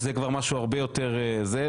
שזה כבר משהו הרבה יותר זה,